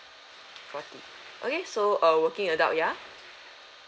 forty okay so a working adult yeah